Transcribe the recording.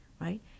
right